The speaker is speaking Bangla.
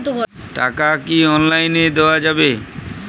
টাকা কি অনলাইনে দেওয়া যাবে?